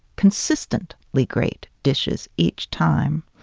consistently like great dishes each time.